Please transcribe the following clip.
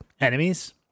enemies